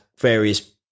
various